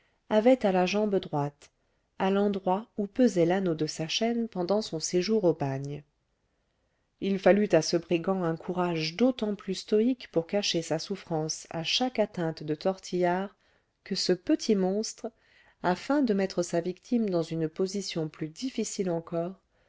avait à la jambe droite à l'endroit où pesait l'anneau de sa chaîne pendant son séjour au bagne il fallut à ce brigand un courage d'autant plus stoïque pour cacher sa souffrance à chaque atteinte de tortillard que ce petit monstre afin de mettre sa victime dans une position plus difficile encore